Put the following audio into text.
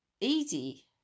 easy